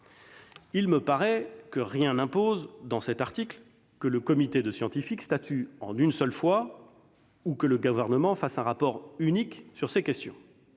communautaires. » Rien n'impose, dans cet article, que le comité de scientifiques statue en une seule fois ou que le Gouvernement fasse un rapport unique sur ces questions.